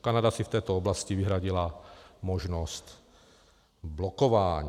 Kanada si v této oblasti vyhradila možnost blokování.